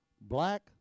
black